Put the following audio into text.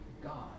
God